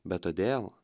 bet todėl